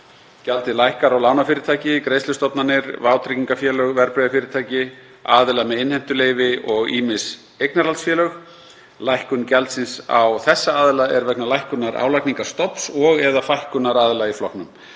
Gjaldið lækkar á lánafyrirtæki, greiðslustofnanir, vátryggingafélög, verðbréfafyrirtæki, aðila með innheimtuleyfi og ýmis eignarhaldsfélög. Lækkun gjaldsins á þessa aðila er vegna lækkunar álagningarstofns og/eða fækkunar aðila í flokknum.